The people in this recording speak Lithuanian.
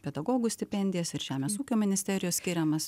pedagogų stipendijas ir žemės ūkio ministerijos skiriamas